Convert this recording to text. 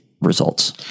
results